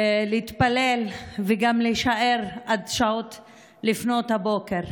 להתפלל וגם להישאר עד לפנות בוקר.